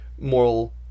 moral